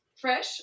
fresh